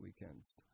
weekends